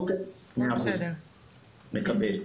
אוקיי, מקבל.